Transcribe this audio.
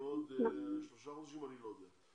בעוד שלושה חודשים, אני לא יודע.